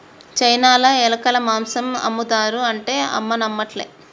చైనాల ఎలక మాంసం ఆమ్ముతారు అంటే అమ్మ నమ్మట్లే